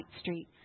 Street